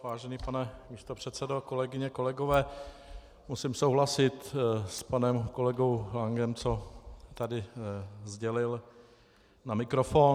Vážený pane místopředsedo, kolegyně, kolegové, musím souhlasit s panem kolegou Lankem v tom, co tady sdělil na mikrofon.